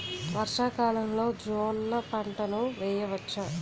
వర్షాకాలంలో జోన్న పంటను వేయవచ్చా?